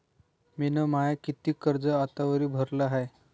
मिन माय कितीक कर्ज आतावरी भरलं हाय?